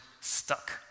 stuck